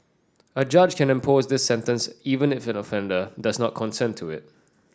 a judge can impose this sentence even if an offender does not consent to it